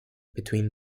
between